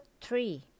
three